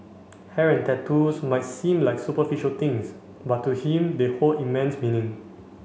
hair and tattoos might seem like superficial things but to him they hold immense meaning